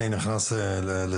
אני מגיע לסיכום.